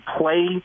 play